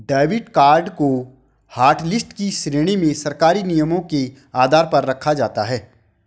debit card को hotlist की श्रेणी में सरकारी नियमों के आधार पर रखा जाता है